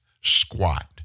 squat